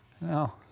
No